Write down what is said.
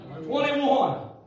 21